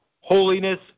holiness